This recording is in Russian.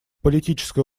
политической